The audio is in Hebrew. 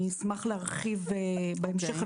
אני אשמח להרחיב בהמשך,